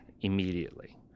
immediately